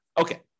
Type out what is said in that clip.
Okay